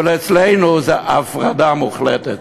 אבל אצלנו זו הפרדה מוחלטת.